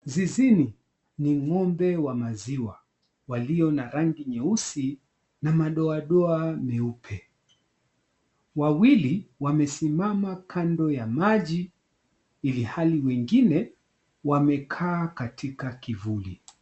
Zizini, ni ng'ombe wa maziwa walio na rangi nyeusi na madoadoa meupe. Wawili, wamesimama kando ya maji ilhali wengine, wamekaa katika kivuli.